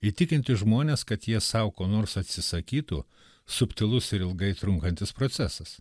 įtikinti žmones kad jie sau ko nors atsisakytų subtilus ir ilgai trunkantis procesas